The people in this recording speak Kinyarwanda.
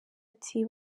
ati